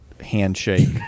handshake